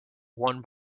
won